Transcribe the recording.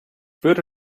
würde